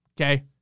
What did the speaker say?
Okay